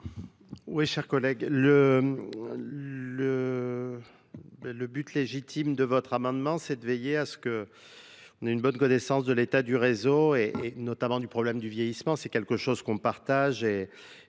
Oui, chers collègues, le le Le but légitime de votre amendement, c'est de veiller à ce que on ait une bonne connaissance de l'état du réseau et notamment du problème du vieillissement. C'est quelque chose qu'on partage